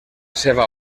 seva